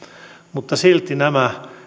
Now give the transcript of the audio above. mutta silti nämä